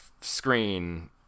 screen